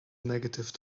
negative